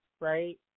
right